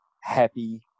happy